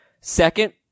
second